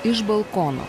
iš balkono